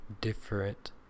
different